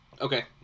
Okay